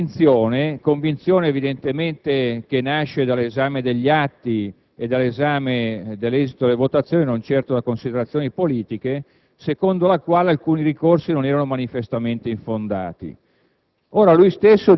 la sua convinzione - che evidentemente nasce dall'esame degli atti e degli esiti delle votazioni, non certo da considerazioni politiche - secondo la quale alcuni ricorsi non erano manifestamente infondati.